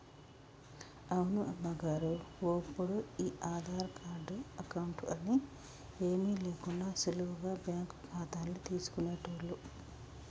అవును అమ్మగారు ఒప్పుడు ఈ ఆధార్ కార్డు అకౌంట్ అని ఏమీ లేకుండా సులువుగా బ్యాంకు ఖాతాలు తీసుకునేటోళ్లు